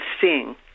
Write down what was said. seeing